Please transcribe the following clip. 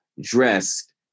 dressed